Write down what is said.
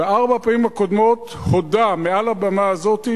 בארבע הפעמים הקודמות הוא הודה מעל הבמה הזאת,